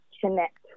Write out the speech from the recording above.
connect